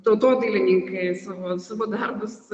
tautodailininkai su savo darbus